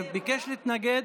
ביקש להתנגד